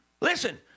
Listen